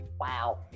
Wow